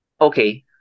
Okay